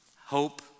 Hope